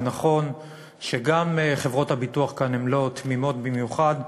זה נכון שגם חברות הביטוח כאן הן לא תמימות במיוחד,